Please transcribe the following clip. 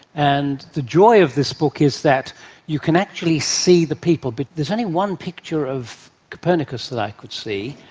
and the joy of this book is that you can actually see the people. but there's only one picture of copernicus that i could see,